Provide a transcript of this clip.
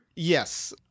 yes